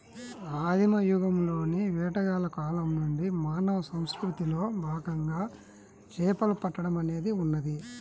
ఆదిమ యుగంలోని వేటగాళ్ల కాలం నుండి మానవ సంస్కృతిలో భాగంగా చేపలు పట్టడం అనేది ఉన్నది